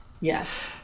Yes